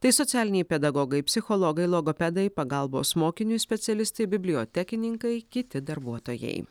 tai socialiniai pedagogai psichologai logopedai pagalbos mokiniui specialistai bibliotekininkai kiti darbuotojai